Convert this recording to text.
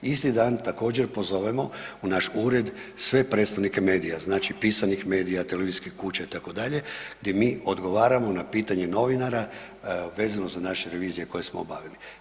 Isti dan također pozovemo u naš ured sve predstavnike medija, znači pisanih medija, televizijskih kuća itd., gdje mi odgovaramo na pitanje novinara vezano za naše revizije koje smo obavili.